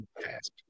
past